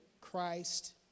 Christ